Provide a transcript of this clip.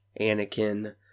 Anakin